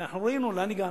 ואנחנו רואים, אני גם.